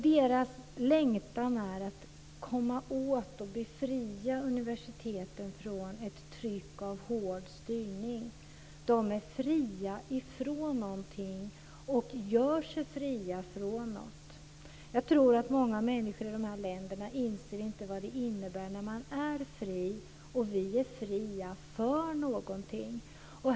Deras längtan är att komma åt att befria universiteten från ett tryck av hård styrning. De är fria från någonting och gör sig fria från någonting. Jag tror att många människor i de här länderna inte inser vad det innebär att, som vi är, vara fri för någonting.